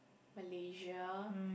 Malaysia